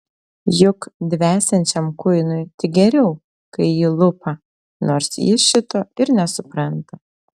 juk dvesiančiam kuinui tik geriau kai jį lupa nors jis šito ir nesupranta